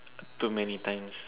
too many times